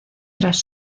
tras